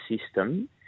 system